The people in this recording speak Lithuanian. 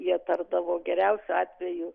jie tardavo geriausiu atveju